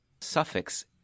suffix